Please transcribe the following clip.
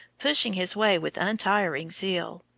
pushing his way with untiring zeal,